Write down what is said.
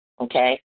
okay